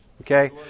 okay